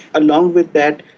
along with that,